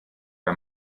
bei